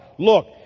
Look